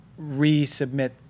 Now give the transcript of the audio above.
resubmit